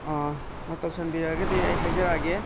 note ꯇꯧꯁꯤꯟꯕꯤꯔꯒꯗꯤ ꯑꯩ ꯍꯥꯏꯖꯔꯛꯑꯒꯦ